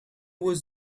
was